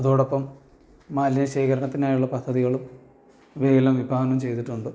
അതോടൊപ്പം മാലിന്യ ശേഖരണത്തിനായുള്ള പദ്ധതികളും ഇവയെല്ലാം വിഭാവനം ചെയ്തിട്ടുണ്ട്